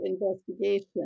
investigation